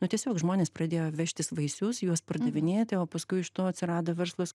nu tiesiog žmonės pradėjo vežtis vaisius juos pardavinėti o paskui iš to atsirado verslas